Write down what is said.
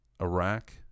Iraq